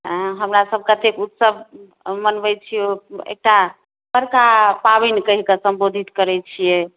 हमरा सब कते उत्सव मनबैत छियै ओ एकटा बड़का पाबनि कहिके संबोधित करैत छियै